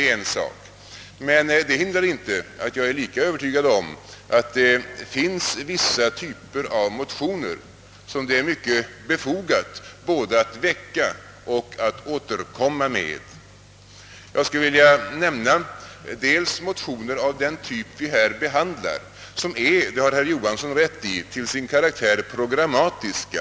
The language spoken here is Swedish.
Å andra sidan är jag lika övertygad om att det finns vissa typer av motioner som det är mycket befogat både att väcka och att återkomma med. Jag skulle vilja nämna motioner av den typ som vi här behandlar, motioner som är — det har herr Johansson rätt i — till sin karaktär programmatiska.